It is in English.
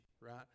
right